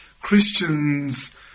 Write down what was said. Christians